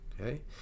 Okay